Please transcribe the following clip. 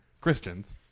Christians